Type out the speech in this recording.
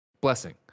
Blessing